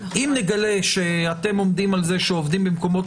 אם נגלה שאתם עומדים על זה שעובדים במקומות